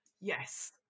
yes